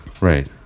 right